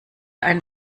einen